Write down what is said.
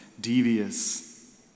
devious